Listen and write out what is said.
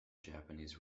japanese